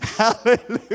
Hallelujah